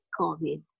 COVID